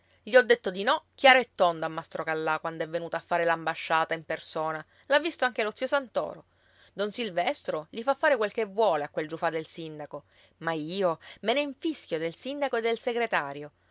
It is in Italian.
gli ho detto di no chiaro e tondo a mastro callà quand'è venuto a fare l'ambasciata in persona l'ha visto anche lo zio santoro don silvestro gli fa fare quel che vuole a quel giufà del sindaco ma io me ne infischio del sindaco e del segretario